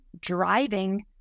driving